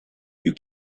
you